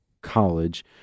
college